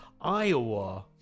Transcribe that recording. iowa